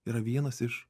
yra vienas iš